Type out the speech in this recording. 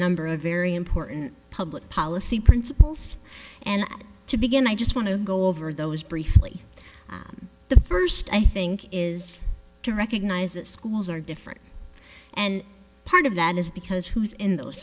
number of very important public policy principles and to begin i just want to go over those briefly the first i think is to recognize that schools are different and part of that is because who's in those